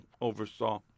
oversaw